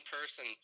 person